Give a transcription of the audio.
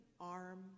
arm